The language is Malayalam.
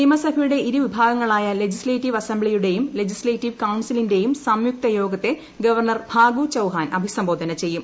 നിയമസഭയുടെ ഇരുവിഭാഗങ്ങളായ ലെജിസ്ലേറ്റീവ് അസംബ്ലിയുടെയും ലെജിസ്ലേറ്റീവ് കൌൺസിലിന്റെയും സംയുക്ത യോഗത്തെ ഗവർണർ ഫാഗു ചൌഹാൻ അഭിസംബോധന ചെയ്യും